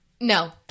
No